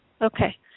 Okay